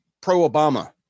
pro-Obama